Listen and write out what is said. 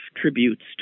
tributes